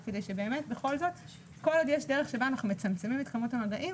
כדי שבאמת בכל זאת כל עוד יש דרך בה אנחנו מצמצמים את כמות המגעים,